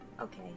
Okay